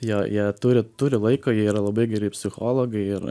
jo jie turi turi laiko jie yra labai geri psichologai ir